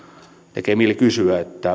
tekee mieli kysyä